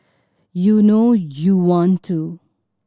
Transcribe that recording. you know you want to